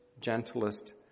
gentlest